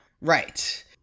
Right